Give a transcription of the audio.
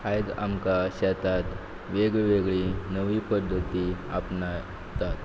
आयज आमकां शेतात वेगळी वेगळी नवी पद्दती आपणायतात